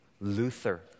Luther